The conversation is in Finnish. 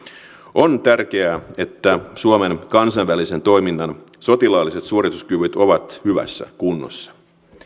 on tärkeää että suomen kansainvälisen toiminnan sotilaalliset suorituskyvyt ovat hyvässä kunnossa